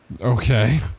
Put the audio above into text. Okay